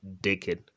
decade